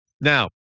Now